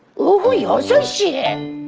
jun jin